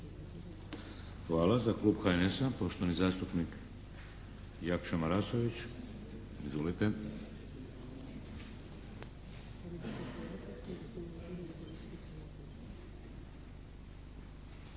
Hvala. Za klub HNS-a, poštovani zastupnik Jakša Marasović. Izvolite.